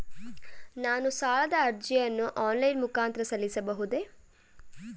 ನಾನು ಸಾಲದ ಅರ್ಜಿಯನ್ನು ಆನ್ಲೈನ್ ಮುಖಾಂತರ ಸಲ್ಲಿಸಬಹುದೇ?